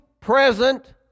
present